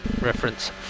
Reference